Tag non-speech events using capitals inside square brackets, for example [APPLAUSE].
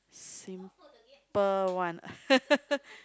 simple one [LAUGHS]